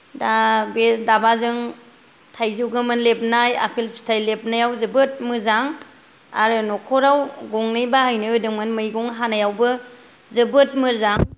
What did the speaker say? दा बे दाबाजों थाइजौ गोमोन लेबनाय आपेल फिथाइ लेबनायाव जोबोद मोजां आरो नखराव गंनै बाहायनो होदोंमोन मैगं हानायावबो जोबोद मोजां